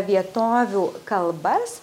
vietovių kalbas